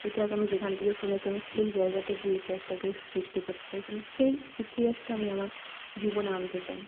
ইতিহাস আমি যেখান থেকে শুনেছি আমি সেই জায়গাতে গিয়ে ইতিহাসটাকে সৃষ্টি করতে চাই সে সেই ইতিহাসটা আমি আমার জীবনে আনতে চাই